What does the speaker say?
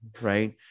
right